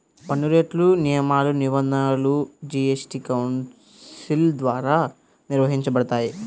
పన్నురేట్లు, నియమాలు, నిబంధనలు జీఎస్టీ కౌన్సిల్ ద్వారా నిర్వహించబడతాయి